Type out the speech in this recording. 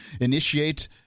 initiate